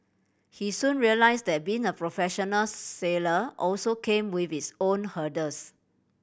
he soon realised that being a professional sailor also came with its own hurdles